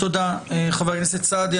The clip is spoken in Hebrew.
תודה, חבר הכנסת סעדי.